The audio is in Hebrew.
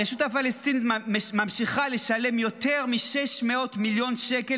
הרשות הפלסטינית ממשיכה לשלם יותר מ-600 מיליון שקלים